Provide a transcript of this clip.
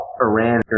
Iran